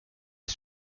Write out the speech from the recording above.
est